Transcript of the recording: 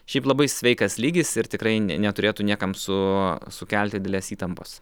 šiaip labai sveikas lygis ir tikrai ni neturėtų niekam su sukelti didelės įtampos